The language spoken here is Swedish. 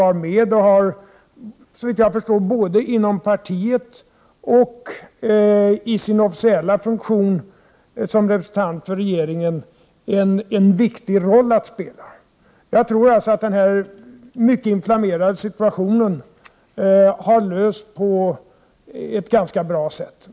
Han har både inom partiet och i sin officiella funktion som representant för regeringen en viktig roll att spela. Jag tror alltså att man på ett ganska bra sätt har kommit till rätta med den mycket inflammerade situationen.